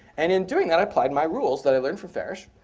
and in doing that i applied my rules that i learned from farish.